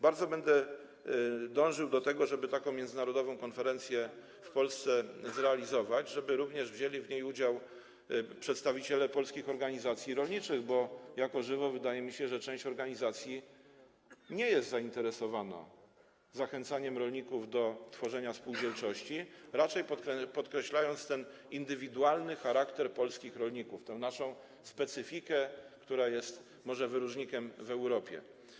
Będę dążył do tego, żeby taką międzynarodową konferencję w Polsce zrealizować, żeby wzięli w niej udział również przedstawiciele polskich organizacji rolniczych, bo jako żywo wydaje mi się, że część organizacji nie jest zainteresowana zachęcaniem rolników do tworzenia spółdzielczości, raczej podkreślając ten indywidualny charakter polskich rolników, tę naszą specyfikę, która jest może wyróżnikiem w Europie.